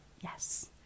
Yes